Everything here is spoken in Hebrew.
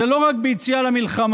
זה לא רק ביציאה למלחמה,